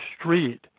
street